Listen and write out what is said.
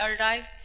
arrived